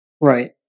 Right